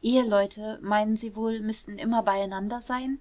eheleute meinen sie wohl müßten immer beieinander sein